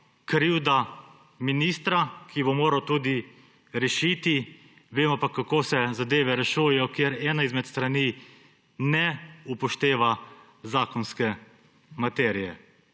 krivda ministra, ki bo to moral tudi rešiti, vemo pa, kako se zadeve rešujejo, kjer ena izmed strani ne upošteva zakonske materije.